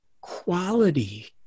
quality